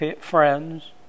friends